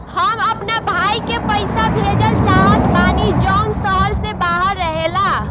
हम अपना भाई के पइसा भेजल चाहत बानी जउन शहर से बाहर रहेला